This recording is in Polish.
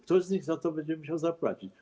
Ktoś z nich za to będzie musiał zapłacić.